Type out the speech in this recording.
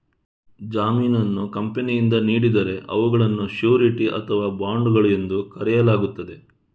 ಜಾಮೀನನ್ನು ಕಂಪನಿಯಿಂದ ನೀಡಿದರೆ ಅವುಗಳನ್ನು ಶ್ಯೂರಿಟಿ ಅಥವಾ ಬಾಂಡುಗಳು ಎಂದು ಕರೆಯಲಾಗುತ್ತದೆ